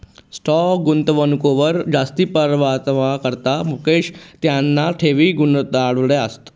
stock गुंतवणूकवर जास्ती परतावाना करता मुकेशनी त्याना ठेवी गुताड्यात